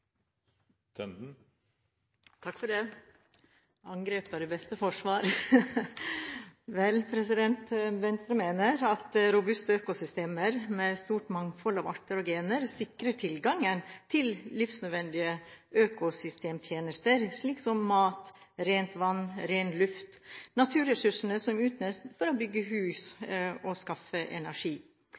regjeringa for ikkje å gjere nok på klimaområdet. Det heng ganske enkelt ikkje i hop. Angrep er det beste forsvar. Venstre mener at robuste økosystemer med et stort mangfold av arter og gener sikrer tilgangen til livsnødvendige økosystemtjenester, slik som mat, rent vann, ren luft – naturressursene som utnyttes for å bygge hus og